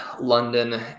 London